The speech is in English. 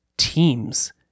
teams